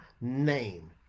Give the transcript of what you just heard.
name